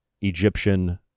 Egyptian